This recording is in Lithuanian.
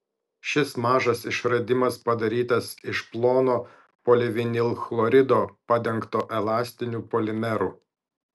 šis mažas išradimas padarytas iš plono polivinilchlorido padengto elastiniu polimeru